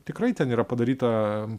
tikrai ten yra padaryta